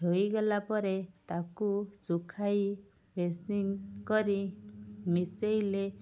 ହେଇଗଲା ପରେ ତାକୁ ଶୁଖାଇ ପେଷିକରି ମିଶାଇଲେ